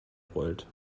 rollt